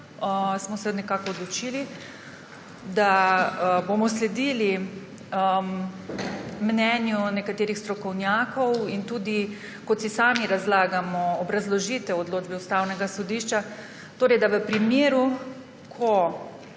smo se odločili, da bomo sledili mnenju nekaterih strokovnjakov. In kot si sami razlagamo obrazložitev odločbe Ustavnega sodišča – torej v primeru, ko